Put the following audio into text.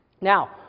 Now